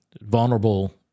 vulnerable